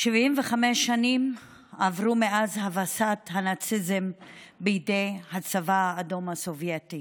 75 שנים עברו מאז הבסת הנאציזם בידי הצבא האדום הסובייטי